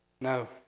No